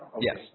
Yes